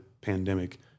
pandemic